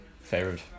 Favorite